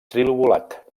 trilobulat